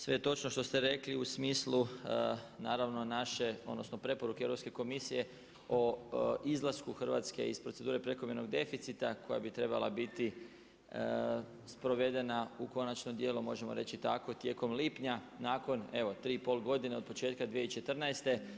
Sve je točno što ste rekli u smislu naše odnosno preporuke Europske komisije o izlasku Hrvatske iz procedure prekomjernog deficita koja bi trebala biti sprovedena u konačnom dijelu, možemo reći i tako, tijekom lipnja, nakon evo tri i pol godine od početka 2014.